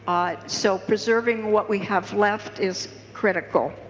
um so preserving what we have left is critical.